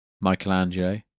Michelangelo